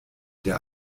der